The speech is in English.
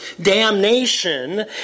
damnation